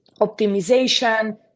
optimization